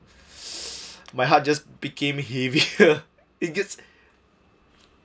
my heart just became heavier it just